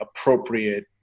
appropriate